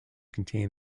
contain